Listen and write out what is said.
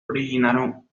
originaron